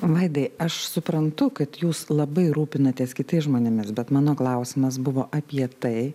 vaidai aš suprantu kad jūs labai rūpinatės kitais žmonėmis bet mano klausimas buvo apie tai